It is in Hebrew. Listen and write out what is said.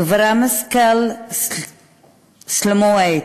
גברמסקל סלמאויט,